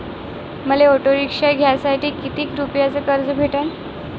मले auto rickshaw घ्यासाठी कितीक रुपयाच कर्ज भेटनं?